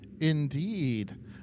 indeed